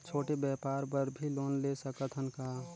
छोटे व्यापार बर भी लोन ले सकत हन का?